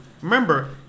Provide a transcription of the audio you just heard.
remember